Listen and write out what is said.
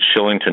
Shillington